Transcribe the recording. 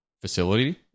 facility